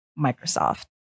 microsoft